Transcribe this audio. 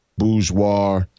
bourgeois